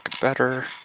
better